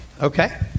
Okay